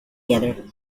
together